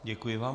Děkuji vám.